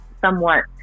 somewhat